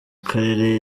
karere